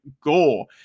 goal